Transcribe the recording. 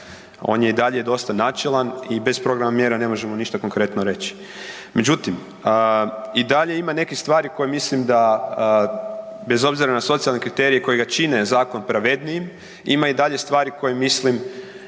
On je i dalje dosta načelan i bez programa mjera ne možemo ništa konkretno reći. Međutim, i dalje ima nekih stvari koje mislim da bez obzira na socijalne kriterije koji ga čine, zakon pravednijim, ima i dalje stvari koje mislim